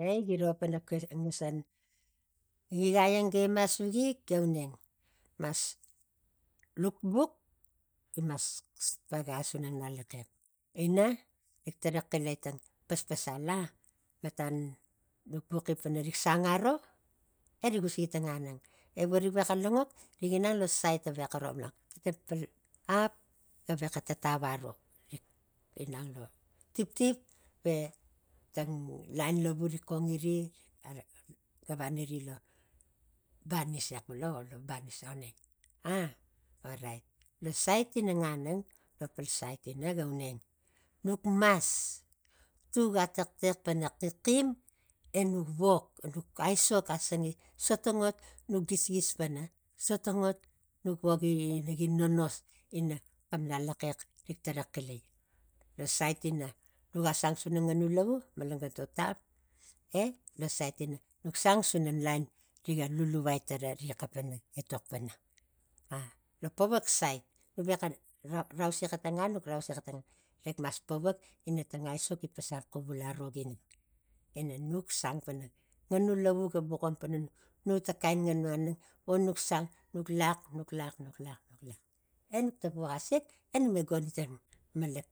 Okei giro pana kue ngasan ta igai any ga ima sugig ga uneng mas nuk bux gimas xus paga suna ngalaxex ina rik tara xila ta paspal la? Matan nuk buxi pana rik sang aro erik usigi tang nganang erik vexa langok nig inang lo sait gavexa ro malan xepal ap ga vexa tatau aro rik inang lo tiptip ve tang lain lavu rik xongini gavariri lo banis exui vo banis auneng ah orait lo sait ina nganang lopal sait ina ga uneng ah orait lo sait ina nganang lopal sait ina ga uneng nuk mas tuga taxtex pana xixim e nuk wok aisok asangi so tang ngot nuk gis- gis pana sota ngot nuk woki gi nonas ina xam ngalaxex rik tara xilai lo sait ina nuga sang tana nganu lavu malangan to tam elo sait ina nuk sang suna lain riga lulu vai tara riga xapana etok pana lo pavak sait vexa nap nuk rausi xeta aro ginang ina nuk sang pana nganu lavu ga buxom pana nu ta kain nganu aneng vo nuk sang nuk iak- nuk iak- nuk iakenuk tapux asiak enuk me goni ta malak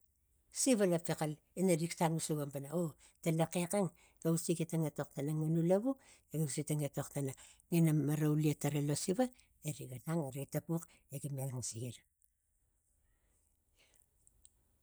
siva epexai ing rik sang usigom pana o to laxex ang ga usigi ta etok tana nganu lavu ga usigi ta etok tana ngina maraulia tara lo siva eriga nong eriga tapuxe gime angasina